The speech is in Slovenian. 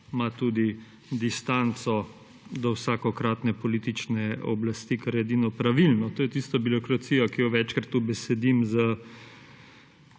ima tudi distanco do vsakokratne politične oblasti, kar je edino pravilno. To je tista birokracija, ki jo večkrat ubesedim z